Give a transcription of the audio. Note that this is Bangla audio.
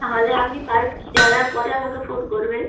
তাহলে আপনি পাইপ কিনে আনার পরে আমাকে ফোন করবেন